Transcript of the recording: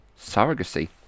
surrogacy